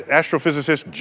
astrophysicist